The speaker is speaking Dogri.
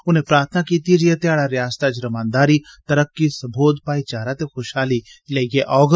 उनें प्रार्थना कीती जे एह् ध्याड़ा रिआसत च रमानदारी तरक्की संबोध भाईचारा ते खुशहाली लेइयै औग